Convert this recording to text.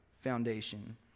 foundation